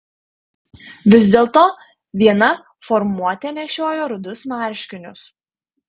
vis dėlto viena formuotė nešiojo rudus marškinius